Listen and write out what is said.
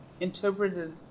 interpreted